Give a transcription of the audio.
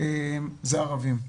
שהם ערבים.